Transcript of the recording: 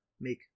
make